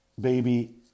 baby